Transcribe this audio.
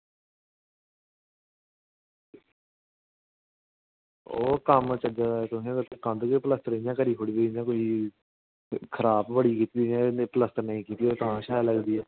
ओह् कम्म गै चज्जै दा तुसें कन्ध गै कोड़ी ओड़ी कोई खराब गै बड़ी कीती ते प्लस्तर नेईं कीते दा होऐ तां बी शैल लगदी